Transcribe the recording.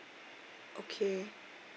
okay